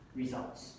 results